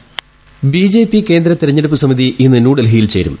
voice BJP കേന്ദ്ര തെരഞ്ഞെടുപ്പ് സമിതി ഇന്ന് ന്യൂഡൽഹിയിൽ ചേരും